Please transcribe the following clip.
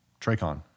TRACON